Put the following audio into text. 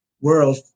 world